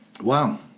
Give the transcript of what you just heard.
Wow